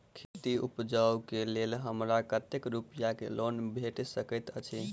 खेती उपकरण केँ लेल हमरा कतेक रूपया केँ लोन भेटि सकैत अछि?